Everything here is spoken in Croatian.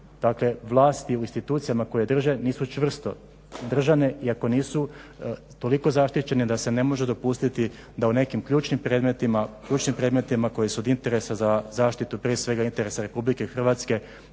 takve vlasti u institucijama koje drže nisu čvrsto držane i ako nisu toliko zaštićene da se ne može dopustiti da u nekim ključnim predmetima koji su od interesa za zaštitu prije svega interesa RH informacije